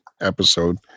episode